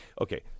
Okay